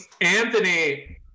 Anthony